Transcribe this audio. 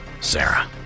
Sarah